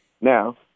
Now